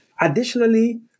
Additionally